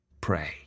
Pray